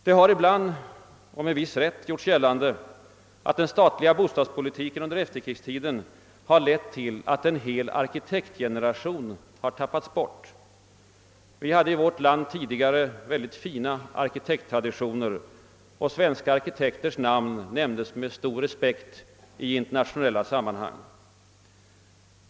Det har ibland — med viss rätt — "gjorts gällande, att den statliga bostads politiken under efterkrigstiden lett till att en hel arkitektgeneration tappats bort. Vi hade i vårt land tidigare fina arkitekttraditioner. Svenska arkitekters namn nämndes med stor respekt i internationella sammanhang.